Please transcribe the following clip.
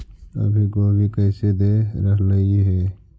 अभी गोभी कैसे दे रहलई हे?